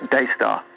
Daystar